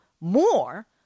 more